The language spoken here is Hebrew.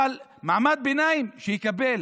שמעמד הביניים יקבל.